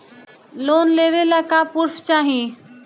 Loan लेवे ला का पुर्फ चाही?